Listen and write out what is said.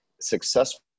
successful